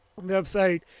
website